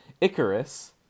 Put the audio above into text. Icarus